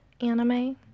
anime